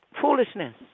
foolishness